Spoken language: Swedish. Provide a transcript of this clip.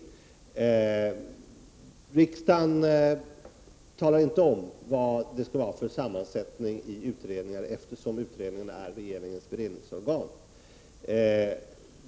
Riksdagen talar inte om vilken sammansättning utredningar skall ha, eftersom utredningar är regeringens beredningsorgan.